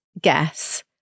guess